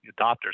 adopters